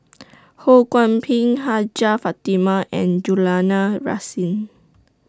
Ho Kwon Ping Hajjah Fatimah and Julana Rasin